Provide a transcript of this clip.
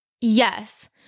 yes